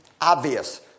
obvious